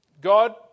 God